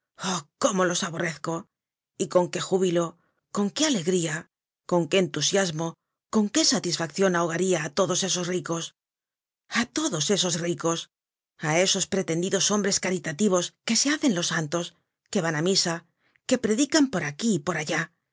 cómo los aborrezco y con qué júbilo con qué alegría con qué entusiasmo con qué satisfaccion ahogaria á todos esos ricos a todos esos ricos á esos pretendidos hombres caritativos que se hacen los santos que van á misa que predican por aquí y por allá